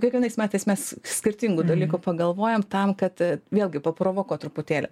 kiekvienais metais mes skirtingų dalykų pagalvojam tam kad vėlgi paprovokuot truputėlį